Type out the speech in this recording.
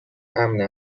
امن